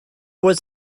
was